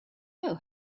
know